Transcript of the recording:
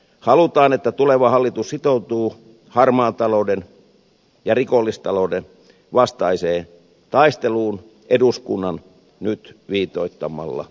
halutaan että tuleva hallitus sitoutuu harmaan talouden ja rikollistalouden vastaiseen taisteluun eduskunnan nyt viitoittamalla tiellä